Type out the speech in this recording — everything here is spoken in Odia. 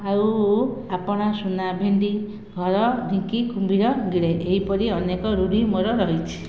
ଆଉ ଆପଣା ସୁନା ଭେଣ୍ଡି ଘର ଢିଙ୍କି କୁମ୍ଭୀର ଗିଳେ ଏହିପରି ଅନେକ ରୂଢ଼ି ମୋର ରହିଛି